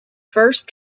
first